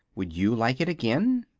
would you like it again?